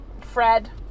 Fred